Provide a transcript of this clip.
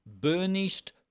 burnished